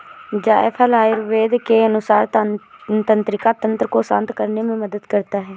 जायफल आयुर्वेद के अनुसार तंत्रिका तंत्र को शांत करने में मदद करता है